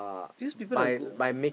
these people are good online